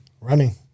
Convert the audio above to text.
running